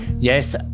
Yes